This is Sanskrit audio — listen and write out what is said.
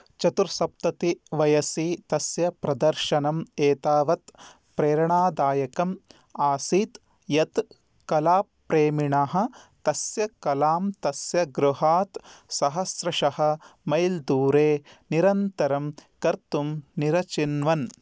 चतुर् सप्ततिवयसि तस्य प्रदर्शनम् एतावत् प्रेरणादायकम् आसीत् यत् कलाप्रेमिणः तस्य कलां तस्य गृहात् सहस्रशः मैल् दूरे निरन्तरं कर्तुं निरचिन्वन्